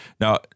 Now